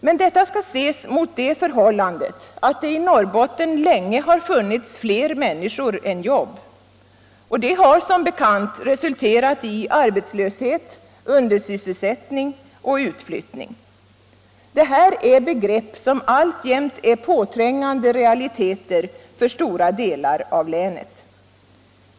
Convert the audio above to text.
Men detta skall ses mot det förhållandet att det i Norrbotten länge har funnits fler människor än jobb, och det har som bekant resulterat i arbetslöshet, undersysselsättning och utflyttning. Det här är begrepp som alltjämt är påträngande realiteter för stora delar av länet.